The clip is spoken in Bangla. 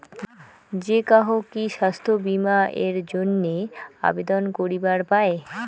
যে কাহো কি স্বাস্থ্য বীমা এর জইন্যে আবেদন করিবার পায়?